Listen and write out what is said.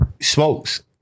smokes